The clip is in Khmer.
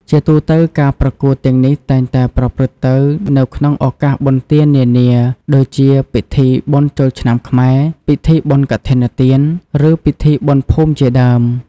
ជាទូទៅ ការប្រកួតទាំងនេះតែងតែប្រព្រឹត្តទៅនៅក្នុងឱកាសបុណ្យទាននានាដូចជាពិធីបុណ្យចូលឆ្នាំខ្មែរ ពិធីបុណ្យកឋិនទាន ឬពិធីបុណ្យភូមិជាដើម។